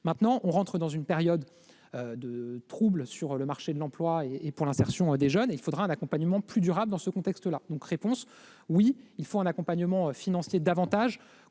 maintenant dans une période trouble sur le marché de l'emploi et pour l'insertion des jeunes. Il faudra un accompagnement plus durable dans ce contexte. Par conséquent, oui, il faut un accompagnement financier renforcé